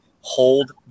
hold